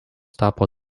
tapo